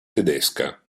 tedesca